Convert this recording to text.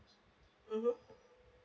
mm